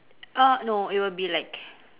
uh no it will be like